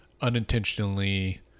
unintentionally